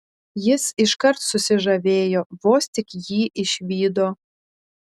jis iškart susižavėjo vos tik jį išvydo